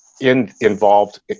involved